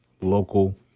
local